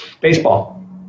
Baseball